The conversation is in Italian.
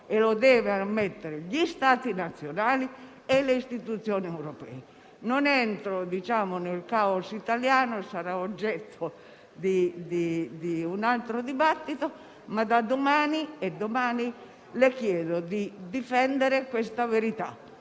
E lo devono ammettere gli Stati nazionali e le istituzioni europee. Non entro nel *caos* italiano, che sarà oggetto di un altro dibattito, ma da domani le chiedo di difendere questa verità.